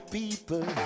people